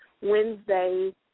Wednesday